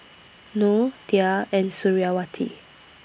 Noh Dhia and Suriawati